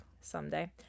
Someday